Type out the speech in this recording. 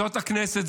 זאת הכנסת,